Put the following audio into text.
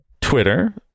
Twitter